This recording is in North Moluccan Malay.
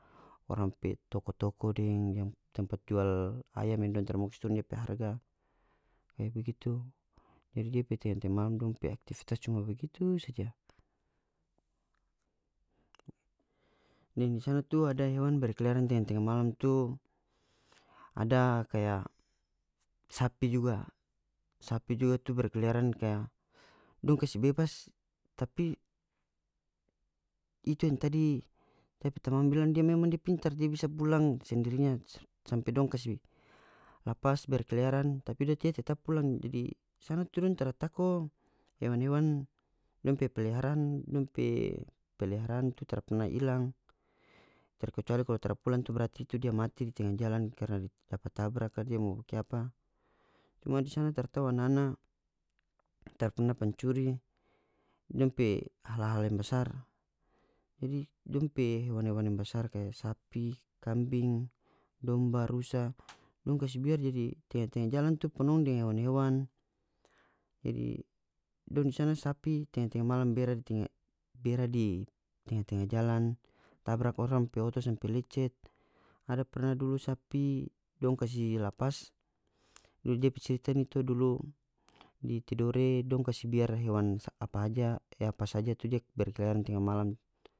Orang pe toko-toko deng yang tempat jual ayam yang dong tara mau kas turun dia pe harga kaya begitu jadi dia pe tenga-tenga malam dong pe aktivitas cuma begitu saja deng di sana tu ada hewan berkeliaran tenga-tenga malam tu ada kaya sapi juga sapi juga tu berkeliaran kaya dong kase bebas tapi itu yang tadi ta pe tamang bilang dia memang dia pintar dia bisa pulang sendirinya sampe dong kasi lapas berkeliaran tapi dia tidor tetap pulang di sana tu dong tara tako hewan-hewan dong pe peliharaan dong pe peliharaan tu tara perna ilang terkecuali kalu tara pulang tu berarti itu dia mati di tenga jalan karna dia dapa tabrak dia mo bikiapa cuma di sana taratau ana-ana tara perna pancuri dong pe hal-hal yang basar jadi dong pe hewan-hewan yang basar kaya sapi kambing domba rusa dong kase biar dia di tenga-tenga jalan tu ponong deng hewan-hewan jadi dong di sana sapi tenga-tenga malam bera di tenga bera di tenga-tenga jalan tabarak orang pe oto sampe lecet ada perna dulu sapi dong kasi lapas dulu dia pe cerita ini to dulu di tidore dong kase biar hewan apa aja e apa saja tu dia berkeliaran tenga malam tu.